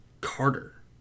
Carter